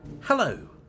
Hello